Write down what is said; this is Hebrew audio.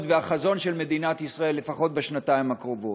והחזון של מדינת ישראל לפחות בשנתיים הקרובות.